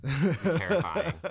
Terrifying